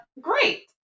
Great